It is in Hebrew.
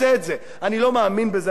אני לא מאמין בזה, אדוני היושב-ראש.